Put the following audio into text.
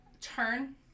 turn